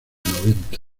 noventa